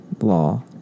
law